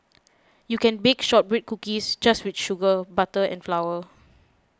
you can bake Shortbread Cookies just with sugar butter and flour